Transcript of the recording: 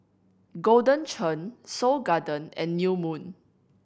Golden Churn Seoul Garden and New Moon